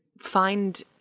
Find